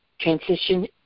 transition